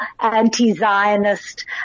anti-Zionist